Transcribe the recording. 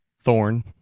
Thorn